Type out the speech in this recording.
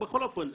בכל אופן,